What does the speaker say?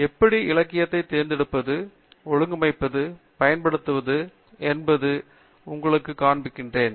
எப்படி இலக்கியத்தைத் தேடுவது ஒலுக்கமைப்பது பயன்படுத்துவது என்பதை நான் உங்களுக்கு காண்பிக்கிறேன்